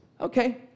okay